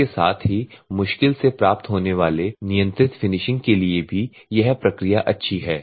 इसके साथ ही मुश्किल से प्राप्त होने वाले नियंत्रित फिनिशिंग के लिए भी यह प्रक्रिया अच्छी है